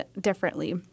differently